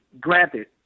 granted